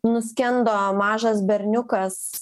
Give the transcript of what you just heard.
nuskendo mažas berniukas